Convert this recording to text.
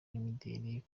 n’imideri